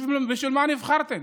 בשביל מה נבחרתם?